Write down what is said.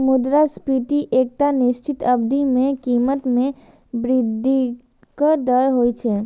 मुद्रास्फीति एकटा निश्चित अवधि मे कीमत मे वृद्धिक दर होइ छै